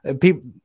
people